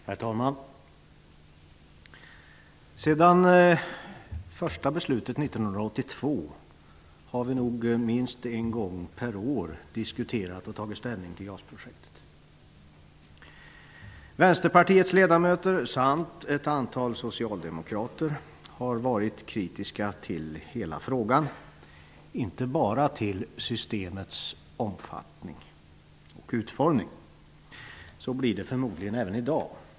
Herr talman! Sedan första beslutet 1982 har vi minst en gång per år diskuterat och tagit ställning till JAS-projektet. Vänsterpartiets ledamöter samt ett antal socialdemokrater har varit kritiska till hela frågan, inte bara till systemets omfattning och utformning. Så är förmodligen fallet även i dag.